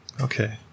Okay